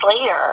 later